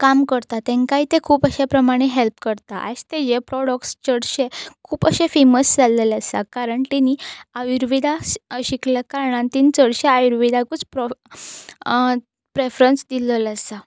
काम करता तेंकाय तें खूब अशे प्रमाणें हॅल्प करता आयज तेजे प्रॉडक्ट्स चडशे खूब अशे फेमस जाल्लेले आसा कारण तेणीं आयुर्वेदा शिकल्या कारणान तेणीं चडशे आयुर्वेदाकूच प्रो प्रॅफरन्स दिल्लेलें आसा